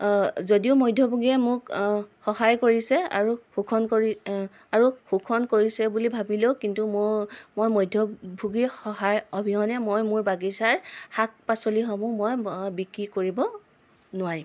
যদিও মধ্যভোগীয়ে মোক সহায় কৰিছে আৰু শোষণ কৰি আৰু শোষণ কৰিছে বুলি ভাবিলেও কিন্তু মোৰ মই মধ্যভোগীৰ সহায় অবিহনে মই মোৰ বাগিচাৰ শাক পাচলিসমূহ মই বিক্ৰী কৰিব নোৱাৰিম